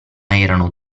erano